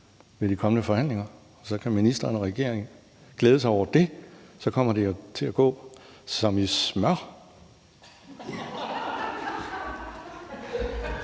ved de kommende forhandlinger, og så kan ministeren og regeringen glæde sig over det. Så kommer det til at gå som smurt.